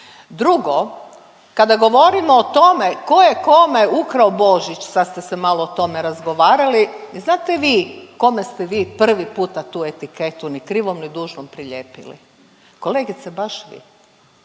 Drugo, kada govorimo o tome ko je kome ukrao Božić, sad ste se malo o tome razgovarali, znate vi kome ste vi prvi puta tu etiketu ni krivom ni dužnom priljepili? Kolegici…/Govornik